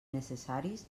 necessaris